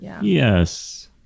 Yes